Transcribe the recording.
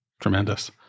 tremendous